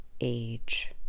age